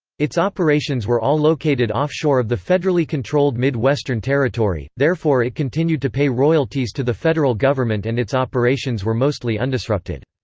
its operations were all located offshore of the federally controlled mid-western territory therefore it continued to pay royalties to the federal government and its operations were mostly undisrupted.